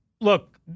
look